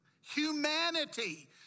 Humanity